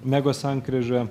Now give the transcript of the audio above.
megos sankryža